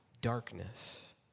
darkness